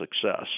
success